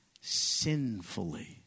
sinfully